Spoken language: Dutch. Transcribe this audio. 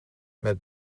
met